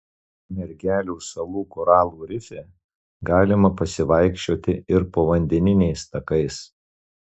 mergelių salų koralų rife galima pasivaikščioti ir povandeniniais takais